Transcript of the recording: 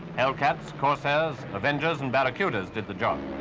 hellcats, corsairs, avengers, and barracudas did the job.